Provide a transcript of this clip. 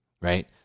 Right